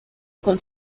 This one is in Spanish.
con